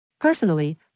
Personally